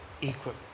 equal